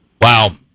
Wow